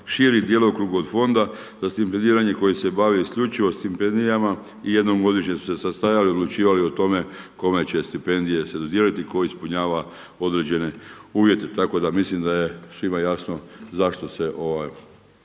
širi djelokrug od fonda za stipendiranje koji se bavi isključivo stipendijama i jednom godišnje su se sastajali i odlučivali o tome kome će stipendije se dodijeliti i tko ispunjava određene uvjete, tako da mislim da je svima jasno zašto se ova